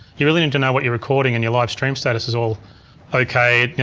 you really need to know what you're recording and your live stream status is all okay.